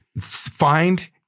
find